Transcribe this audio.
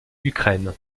ukraine